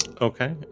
Okay